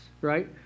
right